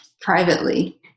privately